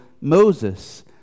Moses